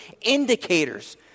indicators